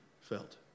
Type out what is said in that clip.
felt